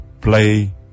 play